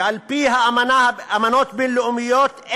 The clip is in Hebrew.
ועל פי אמנות בין-לאומיות,